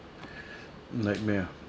nightmare ah